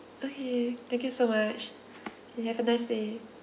okay thank you so much you have a nice day